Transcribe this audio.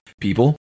people